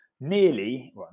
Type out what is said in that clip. nearly